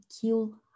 kill